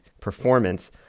performance